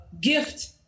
gift